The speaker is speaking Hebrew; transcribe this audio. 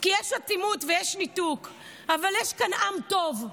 כי יש אטימות ויש ניתוק, אבל יש כאן עם טוב,